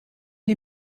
die